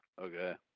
Okay